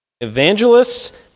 evangelists